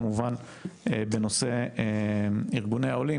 כמובן בנושא ארגוני העולים,